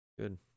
Good